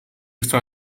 extra